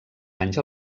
anys